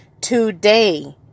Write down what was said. Today